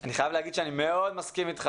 אני חייב להגיד שאני מאוד מסכים איתך